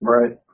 Right